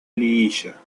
liguilla